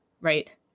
right